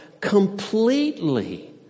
completely